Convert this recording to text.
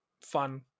fun